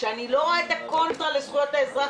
ואני לא רואה את הקונטרה לזכויות האזרח,